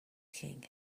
king